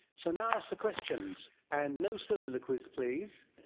so now for questions, and no soliloquies please.